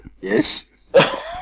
Yes